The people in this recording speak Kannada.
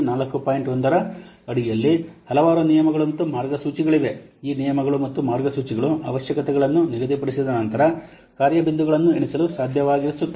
1 ರ ಅಡಿಯಲ್ಲಿ ಹಲವಾರು ನಿಯಮಗಳು ಮತ್ತು ಮಾರ್ಗಸೂಚಿಗಳಿವೆ ಈ ನಿಯಮಗಳು ಮತ್ತು ಮಾರ್ಗಸೂಚಿಗಳು ಅವಶ್ಯಕತೆಗಳನ್ನು ನಿಗದಿಪಡಿಸಿದ ನಂತರ ಕಾರ್ಯ ಬಿಂದುಗಳನ್ನು ಎಣಿಸಲು ಸಾಧ್ಯವಾಗಿಸುತ್ತದೆ